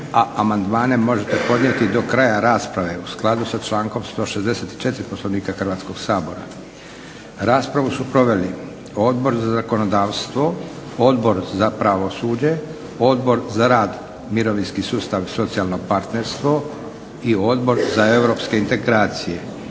a amandmane možete podnijeti do kraja rasprave u skladu sa člankom 164. Poslovnika Hrvatskog sabora. Raspravu o zakonu su proveli Odbor za zakonodavstvo, Odbor za pravosuđe, Odbor za rad, mirovinski sustav i socijalno partnerstvo i Odbor za europske integracije.